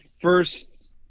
first